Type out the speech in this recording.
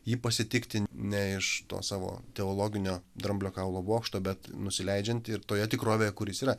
jį pasitikti ne iš to savo teologinio dramblio kaulo bokšto bet nusileidžiant ir toje tikrovėje kur jis yra